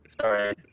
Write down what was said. Sorry